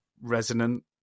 resonant